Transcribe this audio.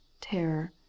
terror